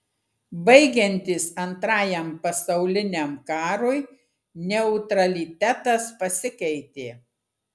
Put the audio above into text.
baigiantis antrajam pasauliniam karui neutralitetas pasikeitė